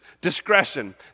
Discretion